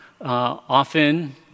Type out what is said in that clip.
often